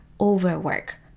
overwork